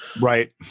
Right